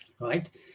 right